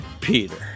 peter